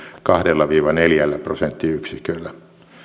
kahdella viiva neljällä prosenttiyksiköllä